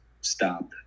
stop